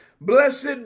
Blessed